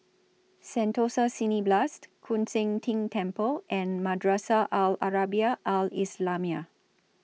Sentosa Cineblast Koon Seng Ting Temple and Madrasah Al Arabiah Al Islamiah